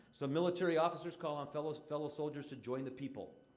so, military officers call on fellow fellow soldiers to join the people.